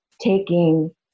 taking